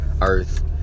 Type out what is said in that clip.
earth